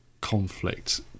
conflict